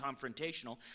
confrontational